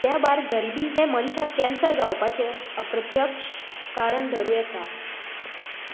त्या भायर गरिबी हें मनशाक कॅन्सर जावपाचें अप्रत्यक्ष कारण धरूं येता